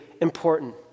important